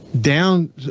down